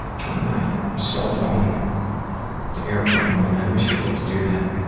turn my cellphone to airplane mode i always forget to do that.